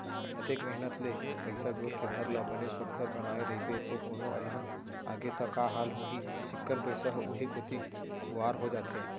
अतेक मेहनत ले पइसा जोर के घर ल बने सुग्घर बनाए रइबे अउ कोनो अलहन आगे त का हाल होही चिक्कन पइसा ह उहीं कोती खुवार हो जाथे